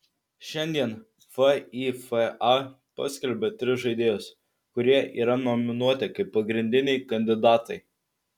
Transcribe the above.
šiandien fifa paskelbė tris žaidėjus kurie yra nominuoti kaip pagrindiniai kandidatai